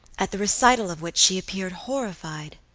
at the recital of which she appeared horrified.